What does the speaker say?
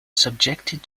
subjected